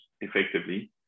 effectively